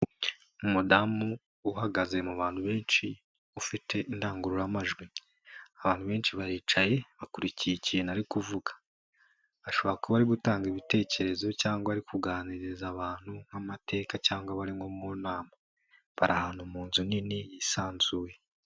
Umudamu uhagaze mu bantu benshi ufite indangururamajwi. Abantu benshi baricaye bakurikiye ikintu ari kuvuga. Ashobora kuba ari gutanga ibitekerezo cyangwa ari kuganiriza abantu nk'amateka cyangwa bari nko mu nama. Bari ahantu mu nzu nini yisanzuye.